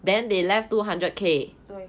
对